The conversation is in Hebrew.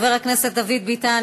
חבר הכנסת דוד ביטן,